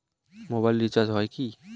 Mobile recharge হয় কি?